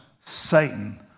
Satan